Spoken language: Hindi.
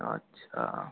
अच्छा